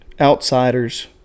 outsiders